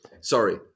sorry